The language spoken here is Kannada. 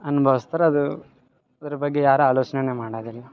ಅನ್ಭವ್ಸ್ತಾರೆ ಅದು ಅದ್ರ ಬಗ್ಗೆ ಯಾರು ಅಲೋಚನೇನೆ ಮಾಡದಿಲ್ಲ